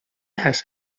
has